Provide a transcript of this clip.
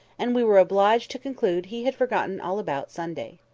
and we were obliged to conclude he had forgotten all about sunday.